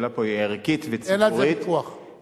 השאלה היא ערכית וציבורית,